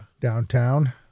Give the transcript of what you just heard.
downtown